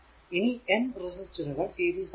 ഇനി N റെസിസ്റ്ററുകൾ series ആക്കിയാൽ